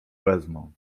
wezmą